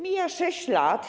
Mija 6 lat.